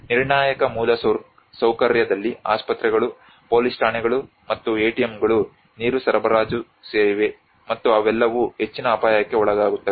ನಿರ್ಣಾಯಕ ಮೂಲಸೌಕರ್ಯದಲ್ಲಿ ಆಸ್ಪತ್ರೆಗಳು ಪೊಲೀಸ್ ಠಾಣೆಗಳು ಮತ್ತು ಎಟಿಎಂಗಳುATM's ನೀರು ಸರಬರಾಜು ಸೇರಿವೆ ಮತ್ತು ಅವೆಲ್ಲವೂ ಹೆಚ್ಚಿನ ಅಪಾಯಕ್ಕೆ ಒಳಗಾಗುತ್ತವೆ